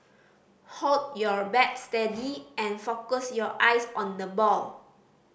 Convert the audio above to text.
hold your bat steady and focus your eyes on the ball